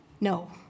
No